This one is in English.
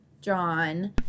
John